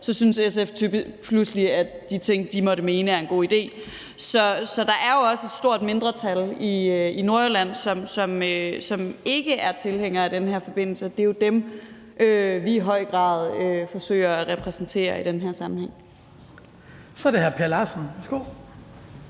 så synes SF pludselig, at de ting, de måtte mene, er en god idé. Så der er jo også et stort mindretal i Nordjylland, som ikke er tilhængere af den her forbindelse, og det er jo dem, vi i høj grad forsøger at repræsentere i den her sammenhæng. Kl. 18:07 Den fg. formand